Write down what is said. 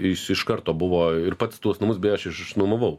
jis iš karto buvo ir pats tuos namus beje aš iš išnuomavau